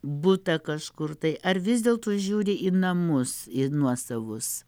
butą kažkur tai ar vis dėlto žiūri į namus į nuosavus